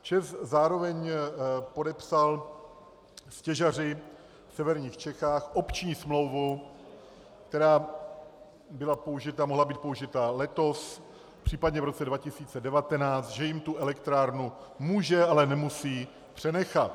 ČEZ zároveň podepsal s těžaři v severních Čechách opční smlouvu, která mohla být použita letos, případně v roce 2019, že jim tu elektrárnu může, ale nemusí přenechat.